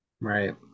Right